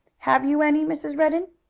have you any, mrs. redden?